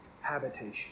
habitation